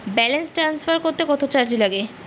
Balance transfer করতে কত charge লাগে?